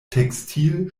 textil